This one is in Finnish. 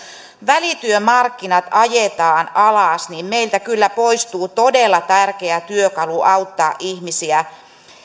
välityömarkkinat ajetaan alas meiltä kyllä poistuu todella tärkeä työkalu auttaa ihmisiä